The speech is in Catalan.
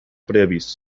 preavís